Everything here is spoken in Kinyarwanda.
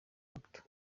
hato